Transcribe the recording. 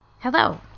Hello